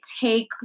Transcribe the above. take